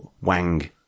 Wang